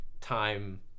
time